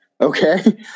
okay